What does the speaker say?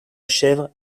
chèvre